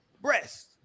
Breast